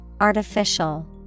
artificial